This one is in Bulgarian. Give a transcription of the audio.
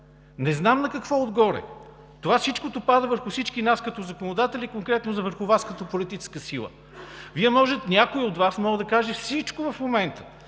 Не знам на какво отгоре. Това всичкото пада върху всички нас като законодатели, конкретно върху Вас като политическа сила. Някой от Вас може да каже всичко в момента,